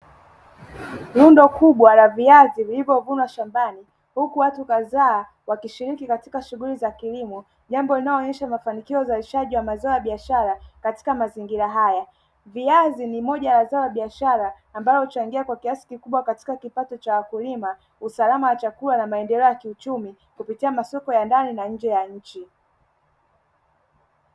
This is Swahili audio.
lundo kubwa la viazi vilivyovunwa shambani huku watu kadhaa wakishiriki katika shughuli za kilimo, jambo linaloonyesha mafanikio ya uzalishaji wa mazao ya biashara katika mazingira haya. Viazi ni moja ya zao la biashara ambalo huchangia kwa kiasi kikubwa katika kipato cha wakulima, usalama wa chakula na maendeleo ya kiuchumi kupitia masoko ya ndani na nje ya nchi.